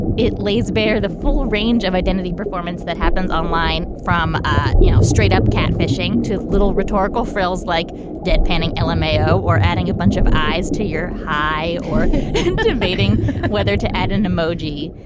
it lays bare the full range of identity performance that happens online from ah you know straight up catfishing to little rhetorical frills like dead panning elmo mayo or adding a bunch of eyes to your high or and debating whether to add an emoji.